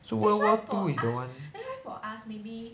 so world war two is the one